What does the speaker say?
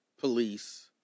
police